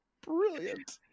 Brilliant